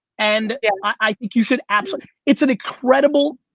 and yeah i think you should absolutely. it's an incredible,